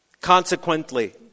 Consequently